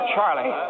Charlie